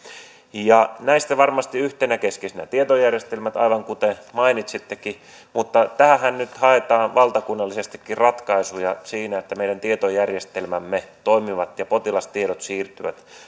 ja näistä varmasti yhtenä keskeisenä on tietojärjestelmät aivan kuten mainitsittekin mutta tähänhän nyt haetaan valtakunnallisestikin ratkaisuja että meidän tietojärjestelmämme toimivat ja potilastiedot siirtyvät